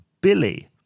Billy